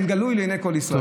זה גלוי לעיני כל ישראל.